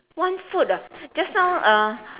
one foot ah just now uh